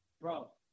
bro